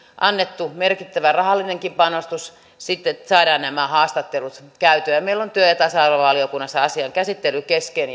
annettu merkittävä rahallinenkin panostus että saadaan nämä haastattelut käytyä ja meillä on työ ja tasa arvovaliokunnassa asian käsittely kesken